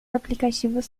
aplicativos